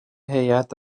هیئت